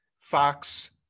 Fox